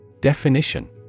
Definition